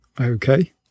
Okay